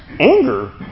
Anger